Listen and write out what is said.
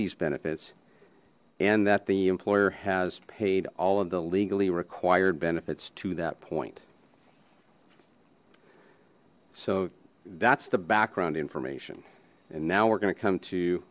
these benefits and that the employer has paid all of the legally required benefits to that point so that's the background information and now we're going to come to